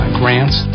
grants